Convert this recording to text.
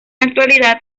actualidad